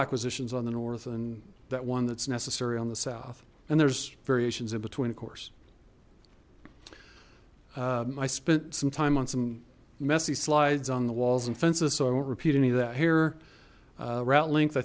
acquisitions on the north and that one that's necessary on the south and there's variations in between of course i spent some time on some messy slides on the walls and fences so i won't repeat any of that here rattling i